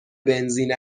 بنزین